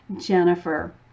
Jennifer